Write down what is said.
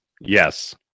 Yes